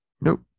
Nope